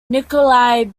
nikolay